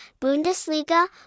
Bundesliga